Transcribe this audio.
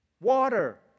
water